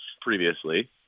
previously